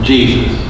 Jesus